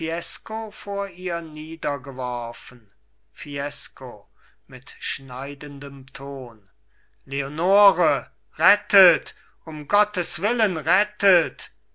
vor ihr niedergeworfen fiesco mit schneidendem ton leonore rettet um gottes willen rettet